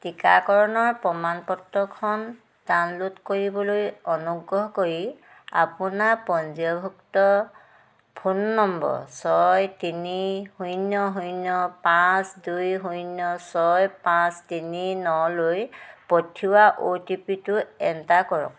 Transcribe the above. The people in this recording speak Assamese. টিকাকৰণৰ প্ৰমাণ পত্ৰখন ডাউনলোড কৰিবলৈ অনুগ্ৰহ কৰি আপোনাৰ পঞ্জীয়ভুক্ত ফোন নম্বৰ ছয় তিনি শূন্য শূন্য পাঁচ দুই শূন্য ছয় পাঁচ তিনি নলৈ পঠিওৱা অ' টি পি টো এণ্টাৰ কৰক